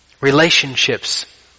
Relationships